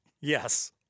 Yes